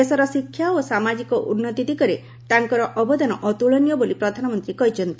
ଦେଶର ଶିକ୍ଷା ଓ ସାମାଜିକ ଉନ୍ନତି ଦିଗରେ ତାଙ୍କର ଅବଦାନ ଅତ୍କଳନୀୟ ବୋଲି ପ୍ରଧାନମନ୍ତ୍ରୀ କହିଛନ୍ତି